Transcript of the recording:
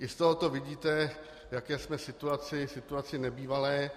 I z tohoto vidíte, v jaké jsme situaci, situaci nebývalé.